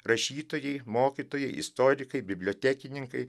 rašytojai mokytojai istorikai bibliotekininkai